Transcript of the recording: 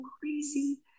crazy